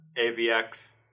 AVX